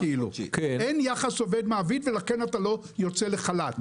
אין יחס עובד מעביד ולכן אתה לא יוצא לחל"ת.